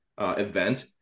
event